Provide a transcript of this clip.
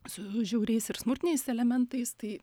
su žiauriais ir smurtiniais elementais tai